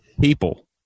people